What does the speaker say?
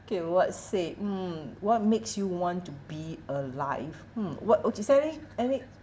okay what's say mm what makes you want to be alive mm what oh did you say any any